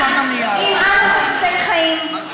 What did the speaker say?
אם אנו חפצי חיים,